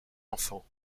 enfants